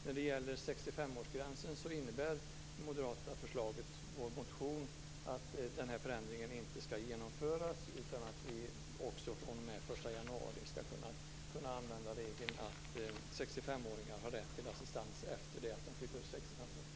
När det gäller 65-årsgränsen innebär det moderata förslaget i vår motion att denna förändring inte skall genomföras, utan man skall också fr.o.m. 1 januari kunna använda regeln att människor har rätt till assistans efter det att de har fyllt 65 år.